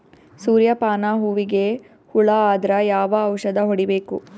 ಸೂರ್ಯ ಪಾನ ಹೂವಿಗೆ ಹುಳ ಆದ್ರ ಯಾವ ಔಷದ ಹೊಡಿಬೇಕು?